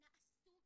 נעשו צעדים.